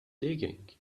digging